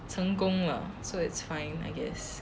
成功了 so it's fine I guess